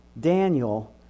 Daniel